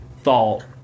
thought